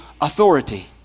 authority